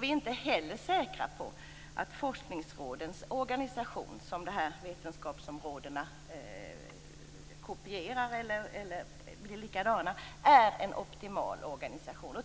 Vi är inte heller säkra på att forskningsrådens organisation, med de fyra vetenskapsområdena, är optimal.